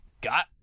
got